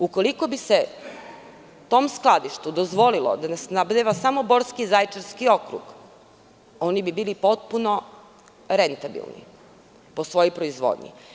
Ukoliko bi se tom skladištu dozvolilo da snabdeva samo Borski i Zaječarski okrug, oni bi bili potpuno renbatilni po svojoj proizvodnji.